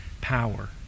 power